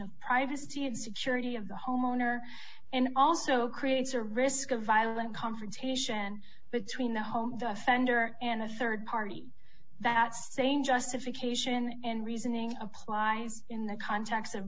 of privacy and security of the homeowner and it also creates a risk of violent confrontation between the home the offender and a rd party that same justification and reasoning applies in the context of